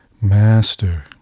Master